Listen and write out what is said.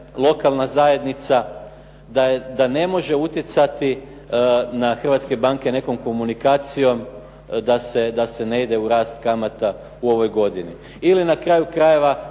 lokalna zajednica da ne može utjecati na hrvatske banke nekom komunikacijom da se ne ide u rast kamata u ovoj godini. Ili na kraju krajeva,